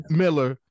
miller